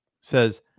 says